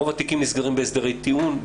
רוב התיקים נסגרים בהסדרי טיעון,